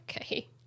Okay